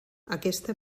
aquesta